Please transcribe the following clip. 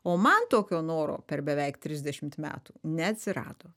o man tokio noro per beveik trisdešimt metų neatsirado